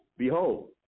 Behold